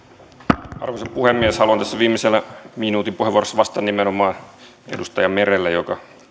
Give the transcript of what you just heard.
arvoisa puhemies haluan tässä viimeisessä minuutin puheenvuorossa vastata nimenomaan edustaja merelle joka